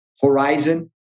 horizon